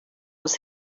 was